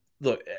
Look